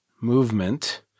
movement